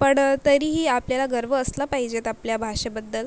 पण तरीही आपल्याला गर्व असला पाहिजेत आपल्या भाषेबद्दल